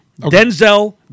Denzel